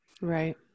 right